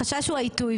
החשש הוא העיתוי,